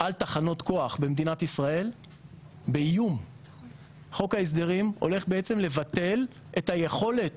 על תחנות כוח במדינת ישראל באיום חוק ההסדרים הולך לבטל את היכולת